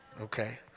okay